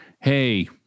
hey